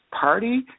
party